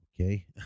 Okay